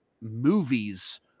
movies